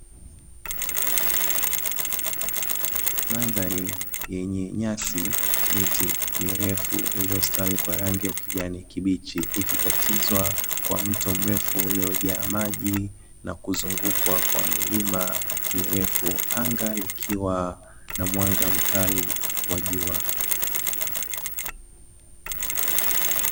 Mandhari yenye nyasi, miti mirefu iliyo stawi kwa rangi ya ukijani kibichi ikikatizwa kwa mto mrefu uliojaa maji na kuzungukwa kwa milima mirefu, anga likiwa na mwanga mkali wa jua.